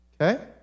Okay